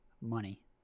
Money